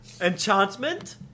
Enchantment